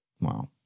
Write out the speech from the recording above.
Wow